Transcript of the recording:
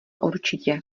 určitě